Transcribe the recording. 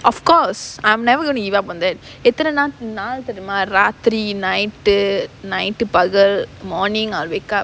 of course I'm never going to give up on that எத்தன நாள் நாள் தெரிமா ராத்திரி:ethana naal naal therima raathiri night uh night பகல்:pagal morning I'll wake up